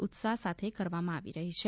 ઉત્સાહ્ સાથે કરવામાં આવી રહી છે